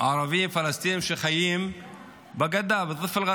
ערבים פלסטינים שחיים בגדה (חוזר על המילה